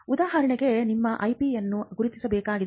ಉದಾಹರಣೆಗೆ ನೀವು ಐಪಿಯನ್ನು ಗುರುತಿಸಬೇಕಾಗಿದೆ